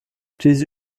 diese